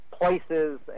places